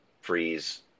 freeze